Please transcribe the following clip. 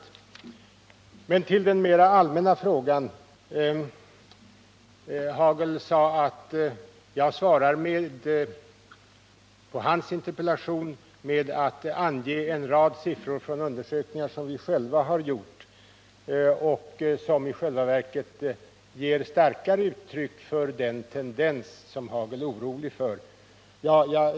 Sedan till den mer allmänna frågan: Rolf Hagel sade att jag svarar på hans interpellation med att ange en rad siffror från undersökningar som vi själva gjort och som i själva verket ger starkare uttryck för den tendens som Rolf Hagel är orolig för.